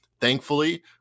Thankfully